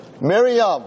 Miriam